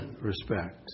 respect